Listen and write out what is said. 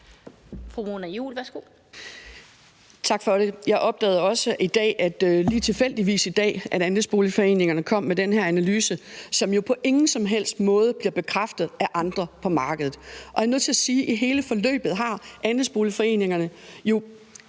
også i dag, lige tilfældigvis i dag, at andelsboligforeningerne kom med den her analyse, som jo på ingen som helst måde bliver bekræftet af andre på markedet. Jeg er nødt til at sige, at i hele forløbet har andelsboligforeningerne jo,